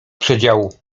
przedziału